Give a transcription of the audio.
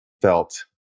felt